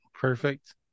Perfect